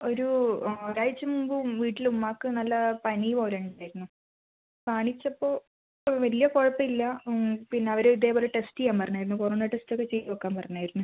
ഒരു ഒരാഴ്ച മുൻപ് വീട്ടില് ഉമ്മാക്ക് നല്ല പനി പോലെ ഉണ്ടായിരുന്നു കാണിച്ചപ്പോൾ വലിയ കുഴപ്പമില്ല പിന്നെ അവര് ഇതേപോലെ ടെസ്റ്റ് ചെയ്യാൻ പറഞ്ഞായിരുന്നു കൊറോണ ടെസ്റ്റ് ഒക്കെ ചെയ്തുനോക്കാൻ പറഞ്ഞായിരുന്നു